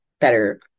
better